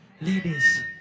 ladies